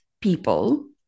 people